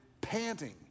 panting